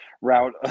route